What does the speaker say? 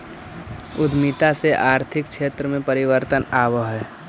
उद्यमिता से आर्थिक क्षेत्र में परिवर्तन आवऽ हई